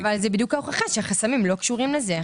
אבל זה בדיוק ההוכחה שחסמים לא קשורים לזה,